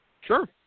Sure